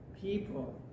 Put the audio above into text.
people